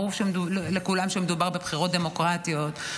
ברור לכולם שמדובר בבחירות דמוקרטיות,